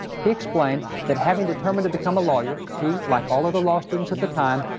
he explained that having determined to become a lawyer, he, like all other law students at the time,